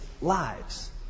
lives